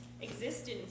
existence